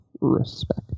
respect